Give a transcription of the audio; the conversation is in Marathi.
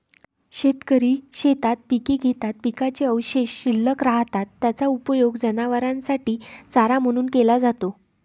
शेतकरी शेतात पिके घेतात, पिकाचे अवशेष शिल्लक राहतात, त्याचा उपयोग जनावरांसाठी चारा म्हणून केला जातो